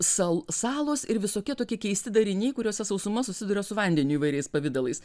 sal salos ir visokie tokie keisti dariniai kuriuose sausuma susiduria su vandeniu įvairiais pavidalais